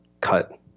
cut